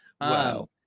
Wow